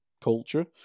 culture